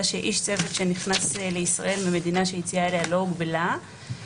איש צוות שנכנס לישראל ממדינה שהיציאה אליה לא הוגבלה,